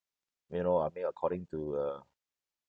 you know I mean according to uh